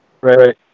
right